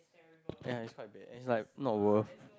yeah it's quite bad it's like not worth